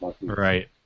right